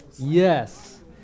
Yes